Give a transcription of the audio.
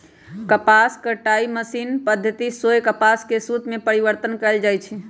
कपास कताई मशीनी पद्धति सेए कपास के सुत में परिवर्तन कएल जाइ छइ